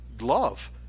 love